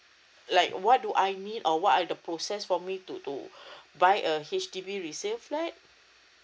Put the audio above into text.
like what do I need or what are the process for me to to buy a H_D_B resale flat